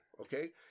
okay